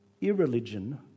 irreligion